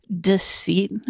deceit